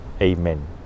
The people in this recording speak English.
Amen